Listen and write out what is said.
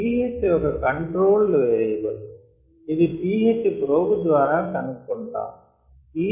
pH ఒక controlled variable ఇది pH probe ద్వారా కనుక్కుంటాము